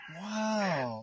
wow